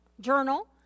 journal